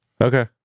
Okay